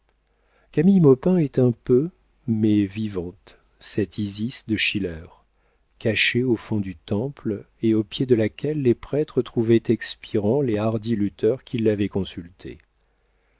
camille maupin est un peu mais vivante cette isis de schiller cachée au fond du temple et aux pieds de laquelle les prêtres trouvaient expirant les hardis lutteurs qui l'avaient consultée